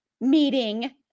meeting